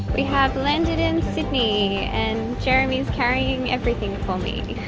have landed in sydney and jeremy's carrying everything for me.